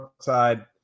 side